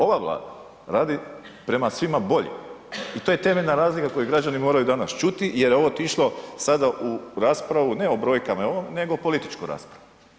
Ova Vlada radi prema svima bolje i to je temeljna razlika koju građani moraju danas čuti jer je ovo otišlo sada u raspravu, ne o brojkama i ovom nego političku raspravu.